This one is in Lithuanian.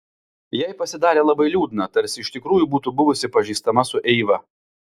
jai pasidarė labai liūdna tarsi iš tikrųjų būtų buvusi pažįstama su eiva